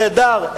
נהדר,